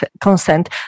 consent